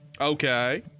Okay